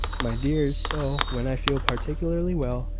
my dears so, when i feel particularly well,